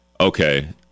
Okay